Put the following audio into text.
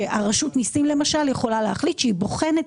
שרשות המיסים למשל יכולה להחליט שהיא בוחנת